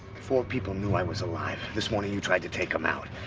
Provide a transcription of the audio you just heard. four people knew i was alive. this morning, you tried to take em out.